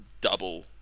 double